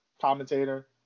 commentator